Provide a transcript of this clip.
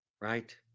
right